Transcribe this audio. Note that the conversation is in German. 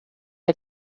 der